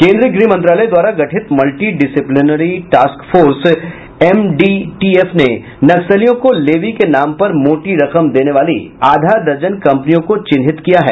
केन्द्रीय गृह मंत्रालय द्वारा गठित multi disciplinary task force MDTF ने नक्सलियों को लेवी के नाम पर मोटी रकम देने वाली आधा दर्जन कंपनियों को चिन्हित किया है